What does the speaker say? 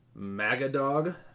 magadog